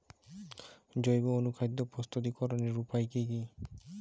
জৈব অনুখাদ্য প্রস্তুতিকরনের উপায় কী কী?